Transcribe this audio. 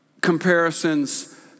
comparisons